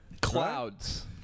Clouds